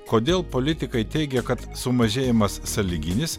kodėl politikai teigia kad sumažėjimas sąlyginis